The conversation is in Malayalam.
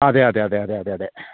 അതെ അതെ അതെ അതെ അതെ അതെ